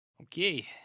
okay